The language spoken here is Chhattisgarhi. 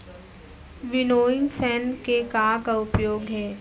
विनोइंग फैन के का का उपयोग हे?